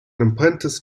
apprentice